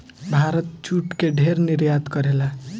भारत जूट के ढेर निर्यात करेला